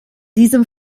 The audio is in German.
diesem